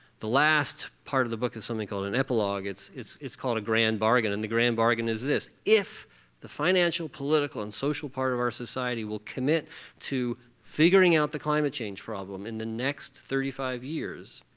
the last part of the book is something called an epilog. it's it's called a grand bargain and the grand bargain is this if the financial, political, and social part of our society will commit to figuring out the climate change problem in the next thirty five years,